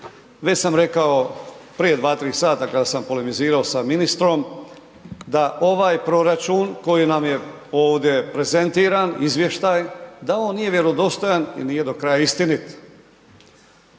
Već sam rekao prije 2, 3 sata kada sam polemizirao sa ministrom da ovaj proračun koji nam je ovdje prezentiran, izvještaj da on nije vjerodostojan i nije do kraja istinit.